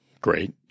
Great